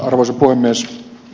erinomainen ed